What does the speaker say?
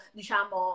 diciamo